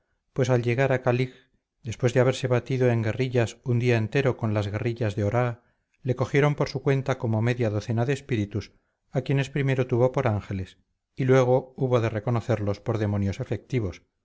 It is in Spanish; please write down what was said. pues al llegar a calig después de haberse batido en guerrillas un día entero con las guerrillas de oraa le cogieron por su cuenta como media docena de espíritus a quienes primero tuvo por ángeles y luego hubo de reconocerlos por demonios efectivos